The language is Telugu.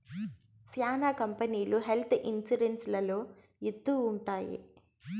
శ్యానా కంపెనీలు హెల్త్ ఇన్సూరెన్స్ లలో ఇత్తూ ఉంటాయి